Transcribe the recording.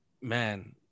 man